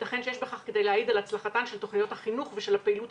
ייתכן שיש בכך כדי להעיד על הצלחתן של תוכניות החינוך ושל הפעילות